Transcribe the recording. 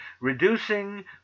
reducing